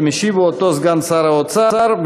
ישיב עליה סגן שר האוצר.